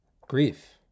grief